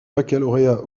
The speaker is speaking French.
baccalauréat